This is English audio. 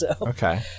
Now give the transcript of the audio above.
Okay